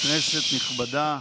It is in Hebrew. אדוני היושב-ראש, כנסת נכבדה,